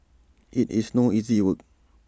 IT is no easy work